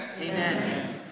Amen